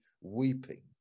weeping